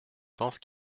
pense